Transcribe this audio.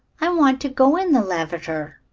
i want to go in the lavater.